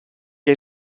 que